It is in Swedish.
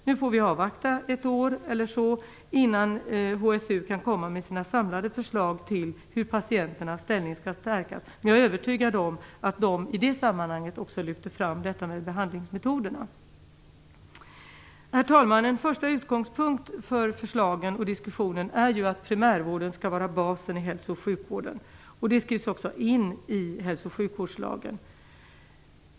Nu får vi avvakta ett år eller så, innan HSU kan komma med sina samlade förslag till hur patienternas ställning skall stärkas. Jag är övertygad om att utredningen i det sammanhanget också lyfter fram valet av behandlingsmetod. Herr talman! En första utgångspunkt för förslagen och diskussionen är att primärvården skall vara basen i hälso och sjukvården. Det skrivs också in i hälsooch sjukvårdslagen.